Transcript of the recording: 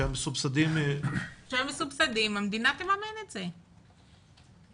שהמסובסדים --- שהמדינה תממן את זה למסובסדים.